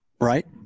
right